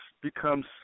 becomes